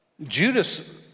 Judas